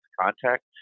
contact